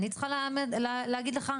אני צריכה להגיד לך?